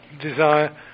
desire